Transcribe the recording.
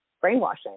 brainwashing